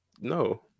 No